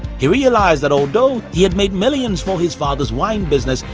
he realized that although he had made millions for his father's wine business,